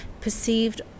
perceived